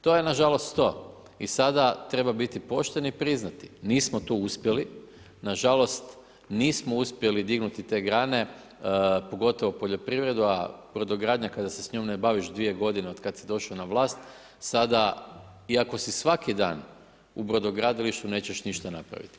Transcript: To je nažalost i sada treba biti pošten i priznati, nismo to uspjeli, nažalost nismo uspjeli dignuti te grane, pogotovo poljoprivreda, a brodogradnja, kada se s njom ne baviš 2 g. od kada si došao na vlast, sada iako si svaki dan u brodogradilištu, nećeš ništa napraviti.